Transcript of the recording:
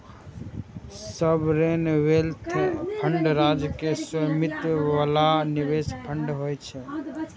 sovereign wealth fund राज्य के स्वामित्व बला निवेश फंड होइ छै